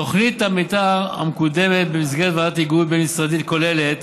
תוכנית המתאר המקודמת במסגרת ועדת היגוי בין-משרדית כוללת